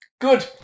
Good